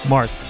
Mark